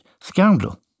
scandal